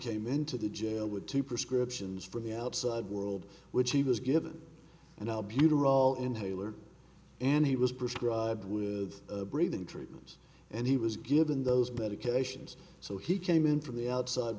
came into the jail with two prescriptions from the outside world which he was given and albuterol inhaler and he was prescribed with breathing treatments and he was given those medications so he came in from the outside